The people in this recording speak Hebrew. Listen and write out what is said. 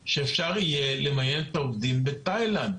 הוא שצריך למיין את העובדים עוד בתאילנד.